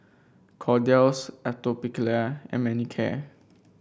Kordel's Atopiclair and Manicare